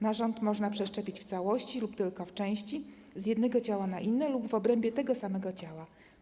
Narząd można przeszczepić w całości lub tylko w części, z jednego ciała na inne lub w obrębie tego samego ciała.